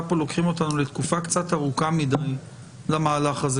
פה לוקחים אותנו לתקופה קצת ארוכה מדי למהלך הזה,